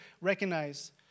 recognize